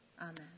Amen